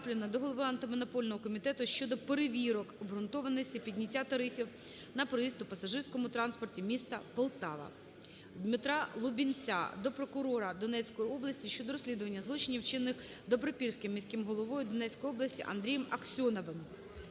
ДмитраЛубінця до прокурора Донецької області щодо розслідування злочинів вчинених Добропільським міським головою Донецької області Андрієм Аксьоновим.